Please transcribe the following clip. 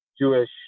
Jewish